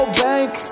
bank